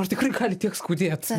ar tikrai gali tiek skaudėt